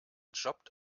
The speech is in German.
jobbt